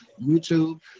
youtube